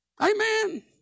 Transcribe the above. Amen